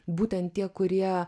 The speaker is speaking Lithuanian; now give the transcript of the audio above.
būtent tie kurie